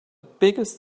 biggest